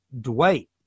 dwight